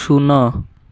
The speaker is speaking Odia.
ଶୂନ